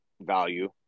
value